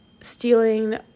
stealing